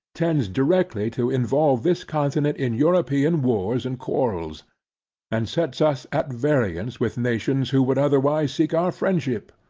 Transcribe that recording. tends directly to involve this continent in european wars and quarrels and sets us at variance with nations, who would otherwise seek our friendship,